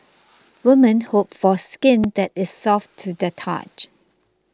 women hope for skin that is soft to the touch